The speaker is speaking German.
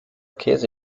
käse